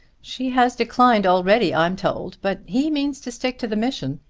she has declined already, i'm told but he means to stick to the mission.